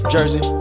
Jersey